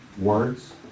words